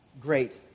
great